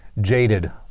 jaded